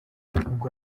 ubwo